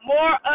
More